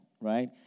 right